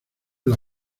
los